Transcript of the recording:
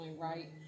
right